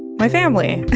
my family